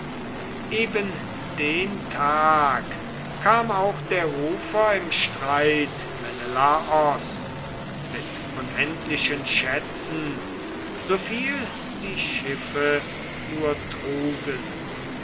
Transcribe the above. eben den tag kam auch der rufer im streit menelaos mit unendlichen schätzen so viel die schiffe nur trugen